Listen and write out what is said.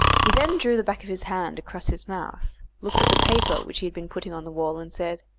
he then drew the back of his hand across his mouth, looked at the paper which he had been putting on the wall, and said,